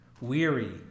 weary